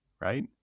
right